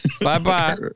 Bye-bye